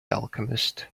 alchemist